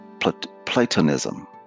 Platonism